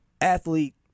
Athlete